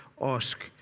ask